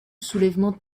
soulèvement